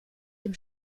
dem